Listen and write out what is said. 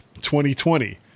2020